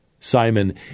Simon